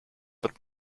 wird